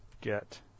get